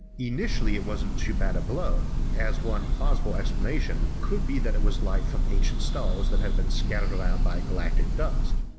initially it wasn't too bad a blow, as one plausible explanation could be that it was light from ancient stars that had been scattered around by galactic dust.